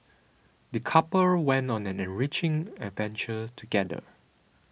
the couple went on an enriching adventure together